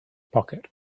pocket